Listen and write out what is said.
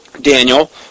Daniel